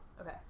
Okay